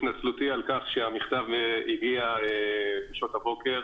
התנצלותי על כך שהמכתב הגיע בשעות הבוקר